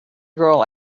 girl